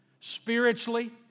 Spiritually